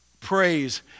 praise